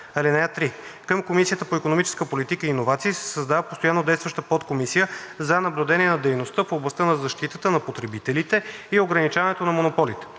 (3) Към Комисията по икономическа политика и иновации се създава постоянно действаща подкомисия за наблюдение на дейността в областта на защитата на потребителите и ограничаването на монополите.